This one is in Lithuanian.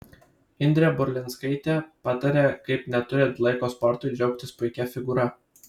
indrė burlinskaitė patarė kaip neturint laiko sportui džiaugtis puikia figūra